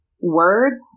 words